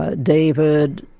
ah david,